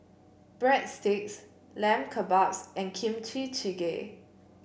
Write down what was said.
Breadsticks Lamb Kebabs and Kimchi Jjigae